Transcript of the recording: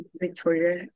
Victoria